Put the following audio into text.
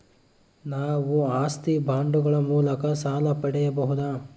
ನಾವು ಆಸ್ತಿ ಬಾಂಡುಗಳ ಮೂಲಕ ಸಾಲ ಪಡೆಯಬಹುದಾ?